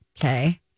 Okay